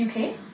UK